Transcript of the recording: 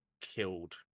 killed